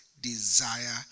desire